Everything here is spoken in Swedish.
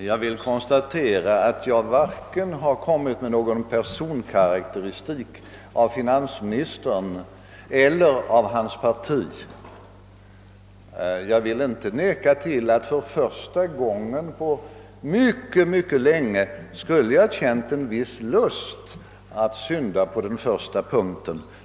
Herr talman! Jag vill slå fast att jag varken gav någon personkarakteristik av finansministern eller någon karakteristik av hans parti. Jag kan emellertid inte förneka att jag, för första gången på mycket länge, kände en viss lust att »synda» på den förstnämnda punkten.